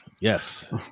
Yes